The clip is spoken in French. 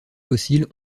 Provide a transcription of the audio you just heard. fossiles